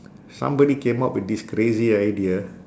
somebody came up with this crazy idea